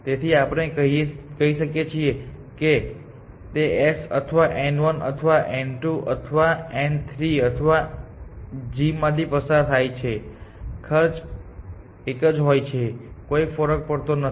તેથી આપણે કહી શકીએ કે તે s અથવા n1 અથવા n2 અથવા n3 અથવા gમાંથી પસાર થાય છે ખર્ચ એક જ હોય તો કોઈ ફરક પડતો નથી